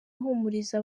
ahumuriza